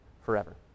forever